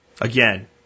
Again